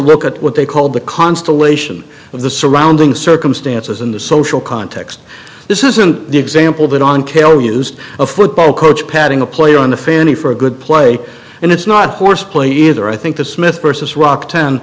look at what they called the constellation of the surrounding circumstances in the social context this isn't the example of it on calle used a football coach patting a player on the fanny for a good play and it's not horseplay either i think the smith versus rock town